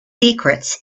secrets